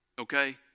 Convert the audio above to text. Okay